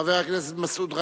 חבר הכנסת מסעוד גנאים,